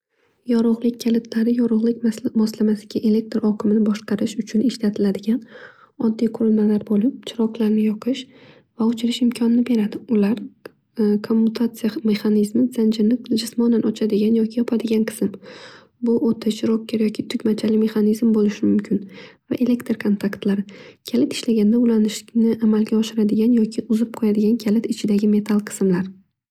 Yorug'lik kilitlari yorug'lik moslamasiga elektr oqimini boshqarish uchun ishlatiladigan oddiy qurulmalar bo'lib chiroqlarni yoqish va o'chirish imkonini beradi. Ular kommutatsiya mehanizmi zanjirni jismonan ochadigan yoki yopadigan qism. Bu o'ta chiroqga yoki tugmachali mehanizm bo'lishi mumkin. Va elektr kontaktlari kalit ishlaganda ulnishni amalga oshiradigan yokiuzib qo'yadigan kalit ichidagi metal qismlar.